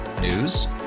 News